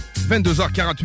22h48